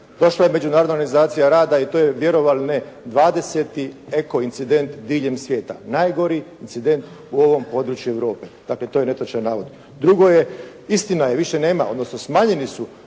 Došla je Međunarodna organizacija rada i to je, vjerovali ili ne 20. eko-incident diljem svijeta, najgori incident u ovom području Europe. Dakle, to je netočan navod. Drugo je, istina je više nema, odnosno smanjeni su